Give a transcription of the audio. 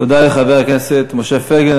תודה לחבר הכנסת משה פייגלין.